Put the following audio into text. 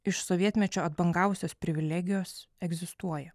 iš sovietmečio atbangavusios privilegijos egzistuoja